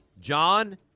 John